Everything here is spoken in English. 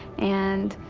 and